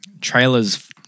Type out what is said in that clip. trailers-